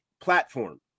platform